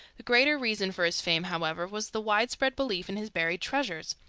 the greater reason for his fame, however, was the widespread belief in his buried treasures,